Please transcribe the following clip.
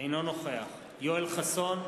אינו נוכח יואל חסון,